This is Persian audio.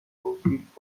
توصیف